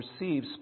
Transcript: receive